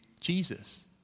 Jesus